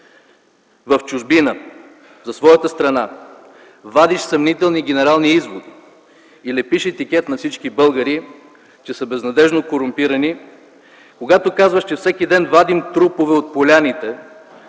в чужбина за своята страна, вадиш съмнителни генерални изводи и лепиш етикет на всички българи, че са безнадеждно корумпирани, когато казваш, че всеки ден вадим трупове от поляните,